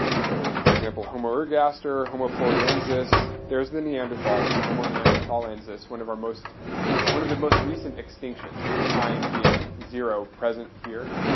so, for example, homo ergaster, homo floresiensis, there's the neanderthals, homo neanderthalensis, one of our most one of the most recent extinctions, with time being zero present here.